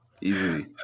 easily